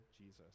Jesus